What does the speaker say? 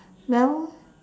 well